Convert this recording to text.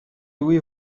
lui